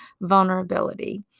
vulnerability